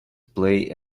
play